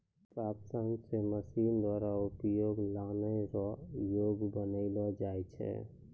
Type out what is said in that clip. प्राप्त सन से मशीन द्वारा उपयोग लानै रो योग्य बनालो जाय छै